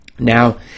Now